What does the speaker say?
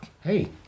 hey